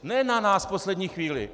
Ne na nás v poslední chvíli.